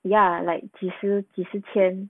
ya like 几十几十千